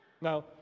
Now